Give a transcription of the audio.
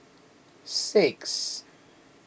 six